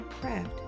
craft